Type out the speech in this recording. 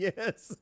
Yes